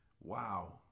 Wow